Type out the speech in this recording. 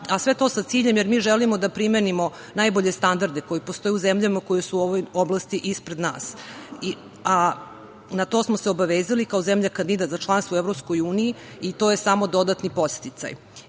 a sve to sa ciljem, jer mi želimo da primenimo najbolje standarde koji postoje u zemljama koje su u ovoj oblasti ispred nas, a na to smo se obavezali kao zemlja kandidat za članstvo u Evropskoj uniji i to je samo dodatni podsticaj.